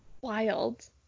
wild